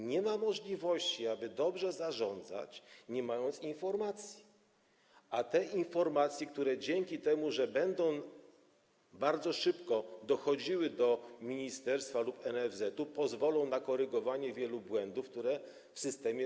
Nie ma możliwości, aby dobrze zarządzać, nie mając informacji, a te informacje, które dzięki temu, że będą bardzo szybko dochodziły do ministerstwa lub NFZ-u, pozwolą na korygowanie wielu błędów, które są w systemie.